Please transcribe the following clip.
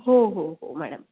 हो हो हो मॅडम